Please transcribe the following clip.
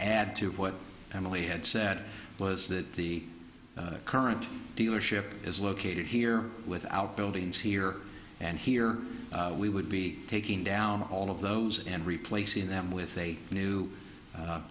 add to what emily had said was that the current dealership is located here without buildings here and here we would be taking down all of those and replacing them with a new